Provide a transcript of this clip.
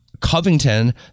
Covington